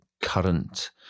current